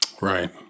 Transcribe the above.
Right